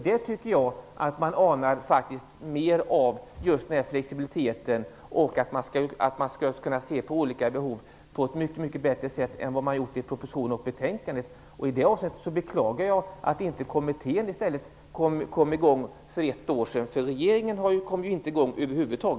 Där tycker jag att man anar mer av flexibilitet och att man ser till olika behov på ett mycket bättre sätt än vad man har gjort i propositionen och betänkandet. I det avseendet beklagar jag att kommittén inte kom igång för ett år sedan, eftersom regeringen över huvud taget inte kom i gång.